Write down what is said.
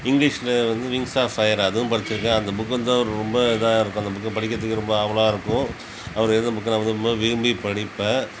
இங்கிலீஷில் வந்து wings of fire அதுவும் படிச்சிருக்கேன் அந்த புக் வந்து ரொம்ப இதாக இருக்கும் அந்த புக் படிக்கிறதுக்கே ரொம்ப ஆவலாக இருக்கும் அவரு எழுதின புக்கலாம் நான் ரொம்ப விரும்பி படிப்பேன்